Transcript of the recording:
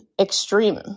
extreme